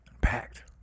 packed